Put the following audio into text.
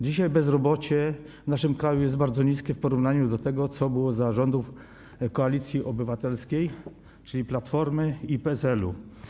Dzisiaj bezrobocie w naszym kraju jest bardzo niskie w porównaniu do tego, co było za rządów Koalicji Obywatelskiej, czyli Platformy i PSL-u.